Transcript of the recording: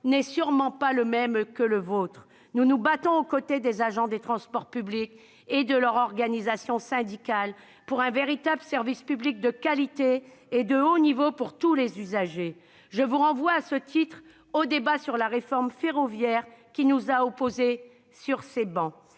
n'est sûrement pas la même que la vôtre. Nous nous battons aux côtés des agents des transports publics et de leurs organisations syndicales pour un véritable service public de qualité et de haut niveau pour tous les usagers. Je vous renvoie à ce titre au débat sur la réforme ferroviaire qui nous a opposés sur ces travées.